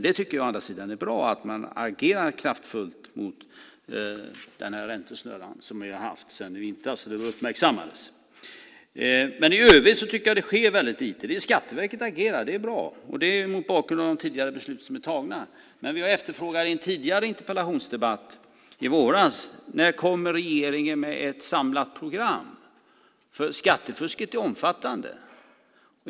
Jag tycker å andra sidan att det är bra att man agerar kraftfullt mot denna räntesnurra som vi har haft sedan i vintras då den uppmärksammades. I övrigt tycker jag att det sker väldigt lite. Skatteverket agerar, och det är bra. Det är mot bakgrund av tidigare beslut som är tagna. Men vi har i en tidigare interpellationsdebatt i våras frågat när regeringen kommer med ett samlat program, för skattefusket är omfattande.